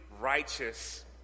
righteous